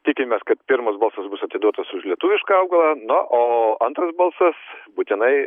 tikimės kad pirmas balsas bus atiduotas už lietuvišką augalą na o antras balsas būtinai